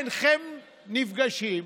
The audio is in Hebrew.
אינכם נפגשים.